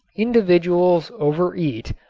individuals overeat,